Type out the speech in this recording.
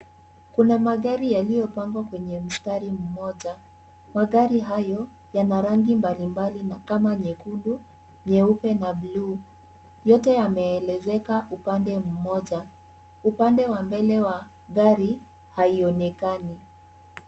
Kuna magari yaliyopangwa kwenye mstari mmoja, magari hayo, yana rangi mbalimbali na kama nyekundu, nyeupe na bluu . Yote yameelezeka upande mmoja, upande wa mbele ya gari, haionekani.